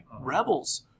rebels